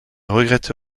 regrette